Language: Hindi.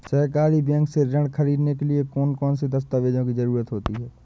सहकारी बैंक से ऋण ख़रीदने के लिए कौन कौन से दस्तावेजों की ज़रुरत होती है?